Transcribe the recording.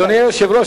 אדוני היושב-ראש,